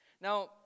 Now